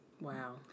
Wow